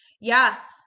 Yes